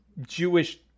Jewish